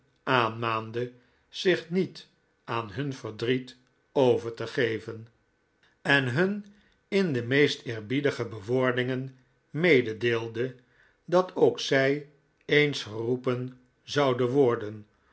aanmaande zich niet aan hun verdriet over te geven en hun in de meest eerbiedige bewoordingen mededeelde dat ook zij eens geroepen zouden worden